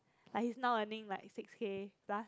like he's now earning like six K plus